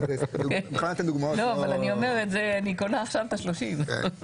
אני קונה עכשיו את ה-30.